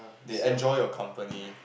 they enjoy your company